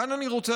כאן אני רוצה,